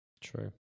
true